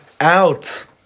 out